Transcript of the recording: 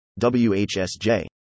WHSJ